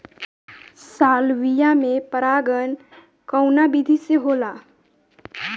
Salvia में परागण कउना विधि से होला?